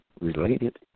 related